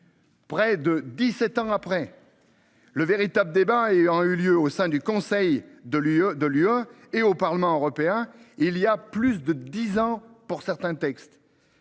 Près de 17 ans après. Le véritable débat et ont eu lieu au sein du Conseil de l'UE de l'UA et au Parlement européen il y a plus de 10 ans pour certains textes.--